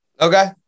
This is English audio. Okay